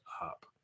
up